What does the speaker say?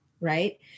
right